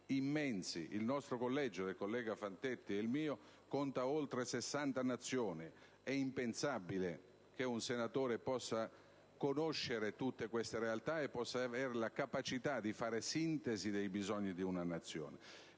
cui apparteniamo io ed il collega Fantetti conta oltre 60 Nazioni, ed è impensabile che un senatore possa conoscere tutte queste realtà e possa avere la capacità di fare sintesi dei bisogni di una Nazione.